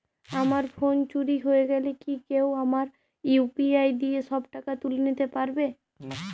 আমার ফোন চুরি হয়ে গেলে কি কেউ আমার ইউ.পি.আই দিয়ে সব টাকা তুলে নিতে পারবে?